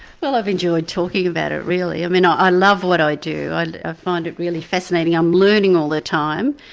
well i've enjoyed talking about it really. i and um ah love what i do i ah find it really fascinating. i'm learning all the time.